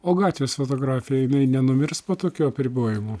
o gatvės fotografija nenumirs po tokių apribojimų